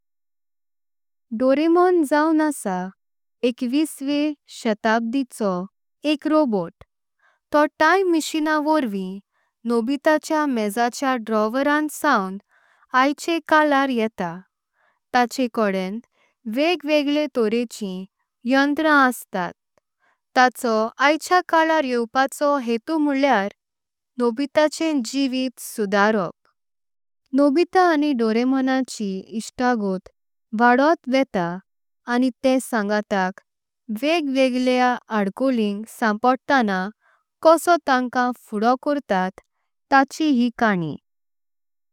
डोरेमोन जाऊं आसा एकविसवे शताब्धीचो एक रोबोट। तो टाइम मशीना वर्वीं नोबीताच्या मेजाच्या ड्रावरांत। सावण आयचे कालार येता ताचे कडेन वेग वेगळे। तोरेची यंत्रा अस्तात ताचो आयच्या कालार येवपाचो। हेतू म्होळ्लेअर नोबीताचे जीवीत सुधारोप नोबिता आनी। डोरेमोनाची इष्ट्टगोट वध्योत वेता आनी ते संगतक वेग वेगळे। आडकोलिंक संपोडताना कोसो तांकां फुडो कर्तात ताची ही खान्नी।